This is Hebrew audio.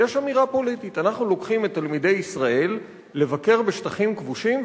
אנחנו לוקחים את תלמידי ישראל לבקר בשטחים כבושים,